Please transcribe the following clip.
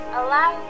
allow